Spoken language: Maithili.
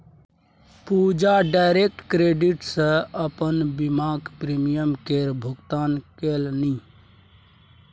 पूजा डाइरैक्ट डेबिट सँ अपन बीमाक प्रीमियम केर भुगतान केलनि